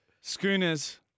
Schooners